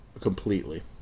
completely